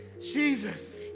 Jesus